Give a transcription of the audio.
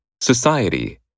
Society